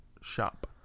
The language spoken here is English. shop